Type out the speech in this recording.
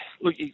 look